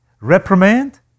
Reprimand